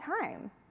time